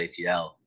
ATL